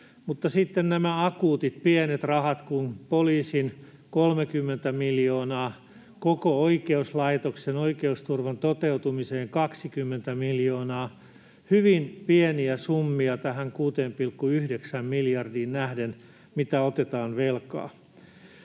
mutta sitten nämä akuutit pienet rahat kuin poliisin 30 miljoonaa, koko oikeuslaitoksen oikeusturvan toteutumiseen 20 miljoonaa — hyvin pieniä summia tähän 6,9 miljardiin nähden, mitä otetaan velkaa.